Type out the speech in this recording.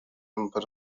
number